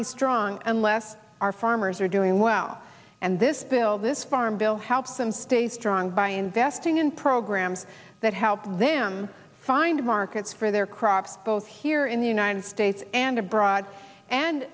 be strong unless our farmers are doing well and this bill this farm bill helps them stay strong by investing in programs that help them find markets for their crops both here in the united states and abroad and